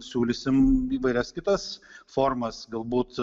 siūlysim įvairias kitas formas galbūt